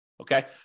okay